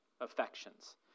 affections